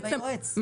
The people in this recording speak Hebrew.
התקנה הזאת?